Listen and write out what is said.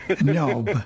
No